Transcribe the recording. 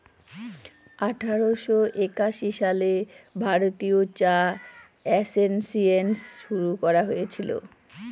আঠারোশো একাশি সালে ভারতীয় চা এসোসিয়েসন শুরু করা হয়েছিল